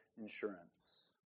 insurance